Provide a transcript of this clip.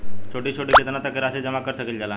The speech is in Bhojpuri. छोटी से छोटी कितना तक के राशि जमा कर सकीलाजा?